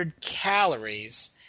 calories